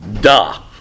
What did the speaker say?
Duh